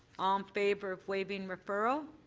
um favor of waiving referral.